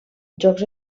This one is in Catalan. jocs